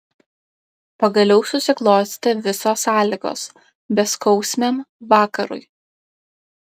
pagaliau susiklostė visos sąlygos beskausmiam vakarui